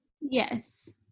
Yes